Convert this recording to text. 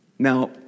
Now